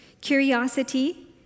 Curiosity